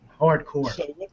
hardcore